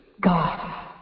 God